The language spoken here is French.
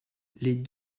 les